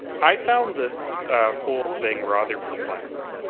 i found this whole thing rather perplexing.